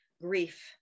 grief